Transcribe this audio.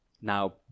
now